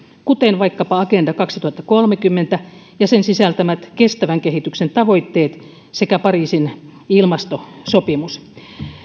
kuten vaikkapa agenda kaksituhattakolmekymmentä ja sen sisältämät kestävän kehityksen tavoitteet sekä pariisin ilmastosopimus